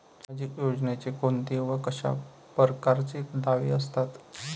सामाजिक योजनेचे कोंते व कशा परकारचे दावे असतात?